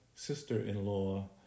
sister-in-law